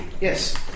Yes